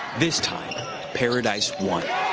this time paradise won.